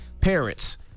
parents